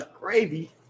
gravy